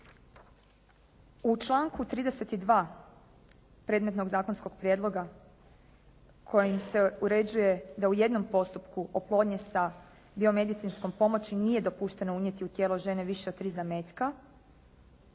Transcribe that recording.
U članku 32. predmetnog zakonskog prijedloga kojim se uređuje da u jednom postupku oplodnje sa biomedicinskom pomoći nije dopušteno unijeti u tijelo žene više od 3 zametka.